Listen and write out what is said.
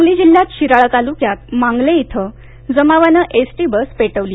सांगली जिल्ह्यात शिराळा तालुक्यात मांगले इथं जमावाने एसटी बस पेटवली